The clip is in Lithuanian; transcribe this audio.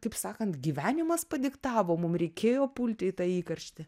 kaip sakant gyvenimas padiktavo mum reikėjo pulti į tą įkarštį